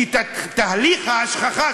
כי תהליך ההשכחה,